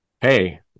hey